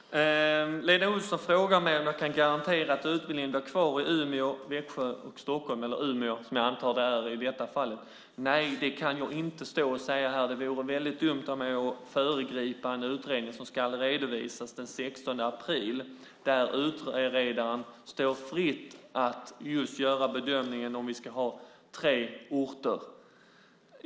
Fru talman! Lena Olsson frågar om jag kan garantera att utbildningen blir kvar i Umeå, Växjö och Stockholm - eller i Umeå, som jag antar att det handlar om i detta fall. Nej, det kan jag inte stå här och garantera. Det vore dumt av mig att föregripa en utredning som ska redovisas den 16 april och där det står utredaren fritt att just göra bedömningen om vi ska ha tre utbildningsorter.